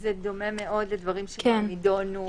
--- זה דומה מאוד לדברים שכבר נידונו.